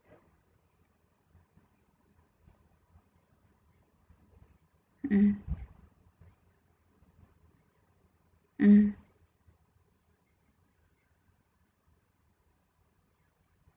mm mm